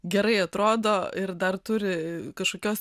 gerai atrodo ir dar turi kažkokios